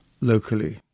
locally